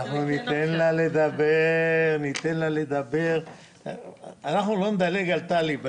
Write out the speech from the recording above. אנחנו ניתן לה לדבר, לא נדלג על טלי.